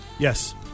Yes